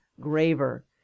graver